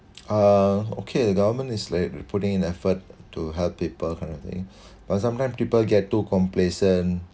uh okay the government is like putting in effort to help people kind of thing but sometimes people get too complacent